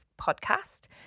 podcast